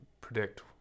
predict